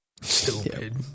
Stupid